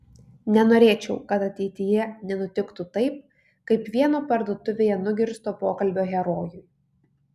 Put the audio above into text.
nenorėčiau kad ateityje nenutiktų taip kaip vieno parduotuvėje nugirsto pokalbio herojui